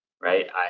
right